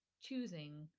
choosing